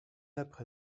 après